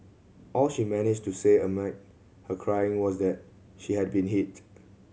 all she managed to say amid her crying was that she had been hit